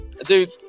Dude